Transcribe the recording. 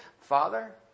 Father